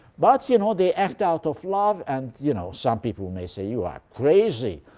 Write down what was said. but, you know, they act out of love. and, you know, some people may say, you are crazy.